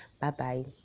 bye-bye